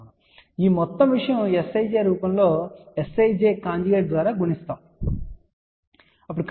మరియు ఈ మొత్తం విషయం Sij రూపంలో Sij కాంజుగేట్ ద్వారా గుణించబడుతుంది